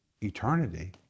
eternity